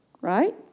right